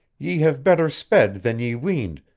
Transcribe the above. ye have better sped than ye weened,